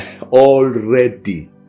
Already